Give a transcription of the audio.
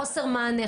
חוסר מענה,